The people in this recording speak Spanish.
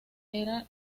era